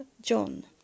John